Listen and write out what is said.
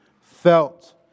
felt